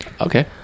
Okay